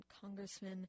congressman